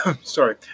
sorry